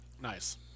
Nice